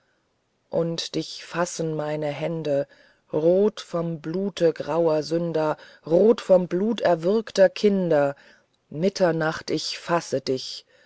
und dich fassen meine hände rot vom blute grauer sünder rot vom blut erwürgter kinder mitternacht ich fasse dich